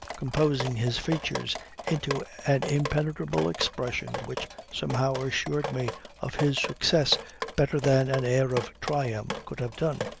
composing his features into an impenetrable expression which somehow assured me of his success better than an air of triumph could have done.